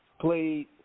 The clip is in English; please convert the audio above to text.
played